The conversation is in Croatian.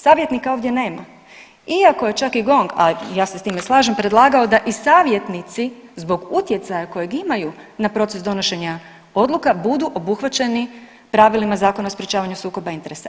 Savjetnika ovdje nema iako je čak i GONG, a ja se tim ne slažem predlagao da i savjetnici zbog utjecaja kojeg imaju na proces donošenja odluka budu obuhvaćeni pravilima Zakona o sprječavanju sukoba interesa.